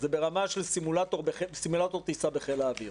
זה ברמה של סימולטור טיסה בחיל האוויר.